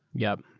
yup.